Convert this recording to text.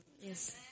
Yes